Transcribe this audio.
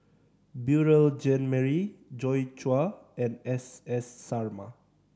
Beurel Jean Marie Joi Chua and S S Sarma